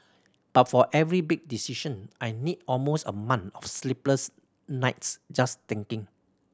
but for every big decision I need almost a month of sleepless nights just thinking